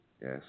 Yes